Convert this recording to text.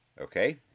Okay